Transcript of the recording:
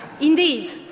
Indeed